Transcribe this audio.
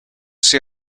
see